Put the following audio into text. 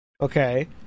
Okay